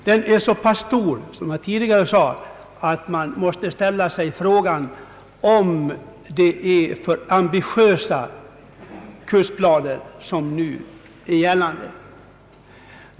Som jag tidigare sade är nedskärningen så pass stor, att man måste fråga sig om de nuvarande kursplanerna är för ambitiösa.